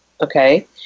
Okay